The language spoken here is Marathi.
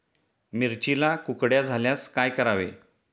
मिरचीला कुकड्या झाल्यास काय करावे?